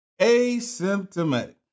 Asymptomatic